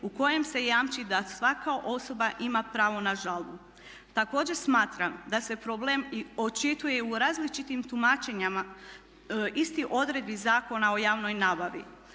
u kojem se jamči da svaka osoba ima pravo na žalbu. Također smatram da se problem očituje i u različitim tumačenjima istih odredbi Zakona o javnoj nabavi.